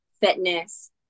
fitness